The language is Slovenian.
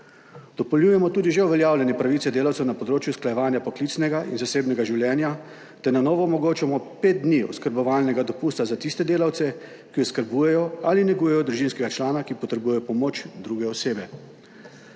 Dopolnjujemo tudi že uveljavljene pravice delavcev na področju usklajevanja poklicnega in zasebnega življenja ter na novo omogočamo pet dni oskrbovalnega dopusta za tiste delavce, ki oskrbujejo ali negujejo družinskega člana, ki potrebuje pomoč druge osebe.